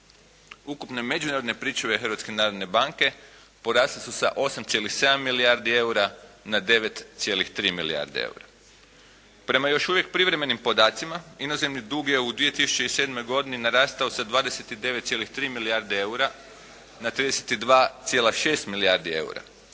Hrvatske narodne banke porasle su sa 8,7 milijardi eura na 9,3 milijarde eura. Prema još uvijek privremenim podacima inozemni dug je u 2007. godini narastao sa 29,3 milijarde eura na 32,6 milijardi eura,